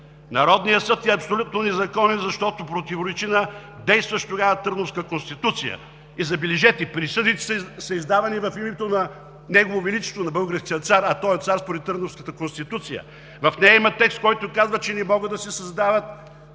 Народният съд е абсолютно незаконен, защото противоречи на действащата тогава Търновска конституция! Забележете: присъдите са издавани в името на Негово Величество, на българския цар, а той е цар според Търновската конституция! В нея има текст, в който се казва, че не могат да се създават